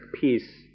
peace